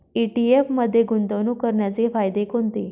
ETF मध्ये गुंतवणूक करण्याचे फायदे कोणते?